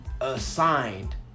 Assigned